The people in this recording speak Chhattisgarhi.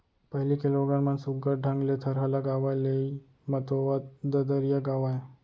पहिली के लोगन मन सुग्घर ढंग ले थरहा लगावय, लेइ मतोवत ददरिया गावयँ